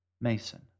Mason